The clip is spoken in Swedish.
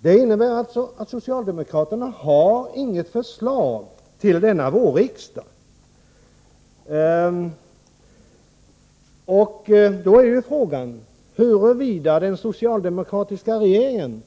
Det innebär att socialdemokraterna inte har något förslag till denna vårriksdag. Då är frågan huruvida den socialdemokratiska regeringen